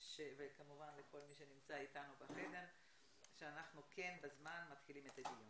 וכמובן לכל מי שנמצא איתנו בחדר שאנחנו כן מתחילים בזמן את הדיון.